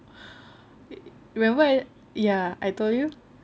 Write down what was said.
remember ya I told you